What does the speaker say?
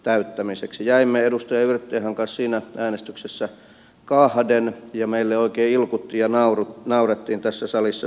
jäimme edustaja yrttiahon kanssa siinä äänestyksessä kahden ja meille oikein ilkuttiin ja naurettiin tässä salissa siitä että meitä ei ollut kuin kaksi